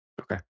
Okay